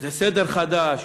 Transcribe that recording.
זה סדר חדש,